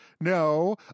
no